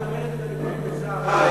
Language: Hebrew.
את אומרת את הנתונים בצער רב,